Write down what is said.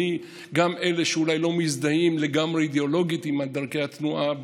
גם אלה שאולי לא מזדהים לגמרי אידיאולוגית עם דרכי התנועה,